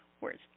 words